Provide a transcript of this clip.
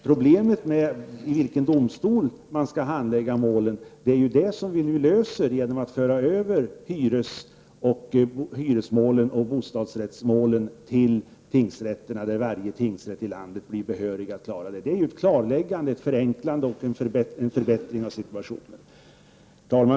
Problemet med vilken domstol som skall handlägga målen löser vi nu genom att föra över hyresmålen och bostadsrättsmålen till tingsrätterna, där varje tingsrätt i landet blir behörig. Det är ett klarläggande, en förenkling och förbättring av situationen. Herr talman!